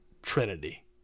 Trinity